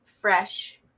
fresh